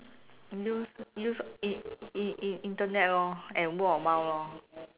use use in in in internet lor and word of mouth lor